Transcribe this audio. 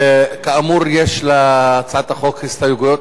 כאמור, יש להצעת החוק הסתייגויות.